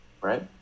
right